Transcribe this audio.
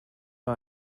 mal